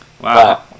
Wow